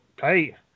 hey